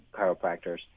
chiropractors